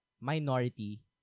minority